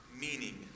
meaning